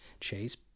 Chase